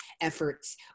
efforts